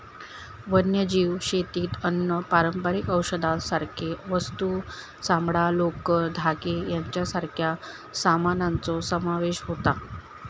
वन्यजीव शेतीत अन्न, पारंपारिक औषधांसारखे वस्तू, चामडां, लोकर, धागे यांच्यासारख्या सामानाचो समावेश होता